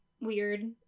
weird